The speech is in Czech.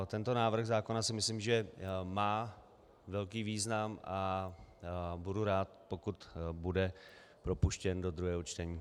Tento návrh zákona má, myslím, velký význam a budu rád, pokud bude propuštěn do druhého čtení.